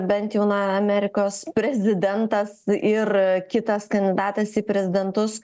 bent jau na amerikos prezidentas ir kitas kandidatas į prezidentus